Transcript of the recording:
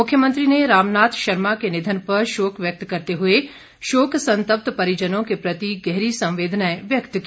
मुख्यमंत्री ने रामनाथ शर्मा के निधन पर शोक व्यक्त करते हुए शोक संतप्त परिजनों के प्रति गहरी संवेदना व्यक्त की